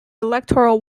electoral